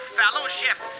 fellowship